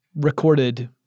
recorded